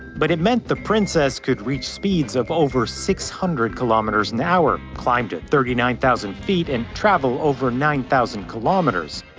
but it meant the princess could reach speeds of over six hundred kilometres per hour, climb to thirty nine thousand feet, and travel over nine thousand kilometres.